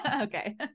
okay